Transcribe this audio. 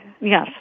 Yes